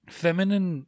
feminine